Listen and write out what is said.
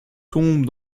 tombe